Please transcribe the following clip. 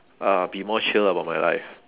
uh be more chill about my life